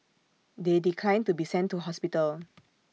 they declined to be sent to hospital